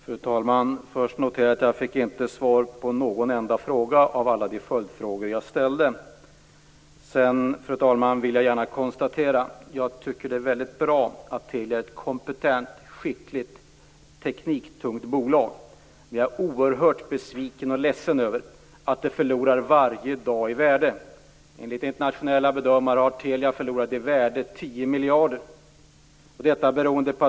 Fru talman! Jag noterar först att jag inte fick svar på någon enda av alla de följdfrågor jag ställde. Jag tycker att det är väldigt bra att Telia är ett kompetent, skickligt och tekniktungt bolag. Men jag är oerhört besviken och ledsen över att det varje dag förlorar i värde. Enligt internationella bedömare har Telia minskat 10 miljarder i värde.